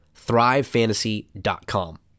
ThriveFantasy.com